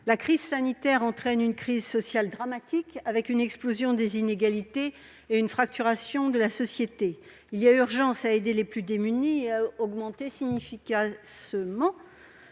La crise sanitaire entraîne une crise sociale dramatique, avec une explosion des inégalités et une fracturation de la société. Il y a urgence à aider les plus démunis, en augmentant significativement